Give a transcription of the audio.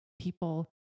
people